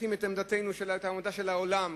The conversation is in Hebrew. מקשיחים את עמדתנו מול העמדה של העולם,